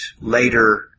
later